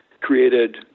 created